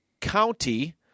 County